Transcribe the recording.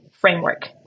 framework